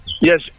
Yes